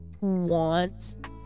want